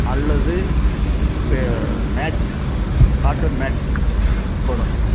அல்லது பெ mat cotton mat போடணும்